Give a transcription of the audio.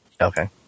Okay